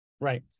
Right